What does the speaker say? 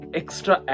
extra